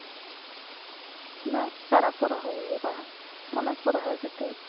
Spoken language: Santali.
ᱤᱱᱟᱹ ᱪᱟᱨᱟ ᱠᱚ ᱨᱚᱦᱚᱭ ᱦᱩᱭᱩᱜᱼᱟ ᱚᱱᱟ ᱠᱚ ᱨᱚᱦᱚᱭ ᱠᱟᱛᱮᱫ